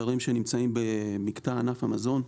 הדברים שנמצאים במקטע ענף המזון.